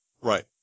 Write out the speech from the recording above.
Right